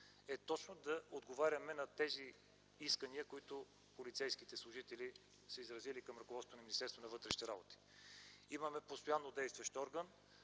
е точно да отговаряме на тези искания, които полицейските служители са изразили към ръководството на Министерството на вътрешните работи. Имаме постоянно действащ орган.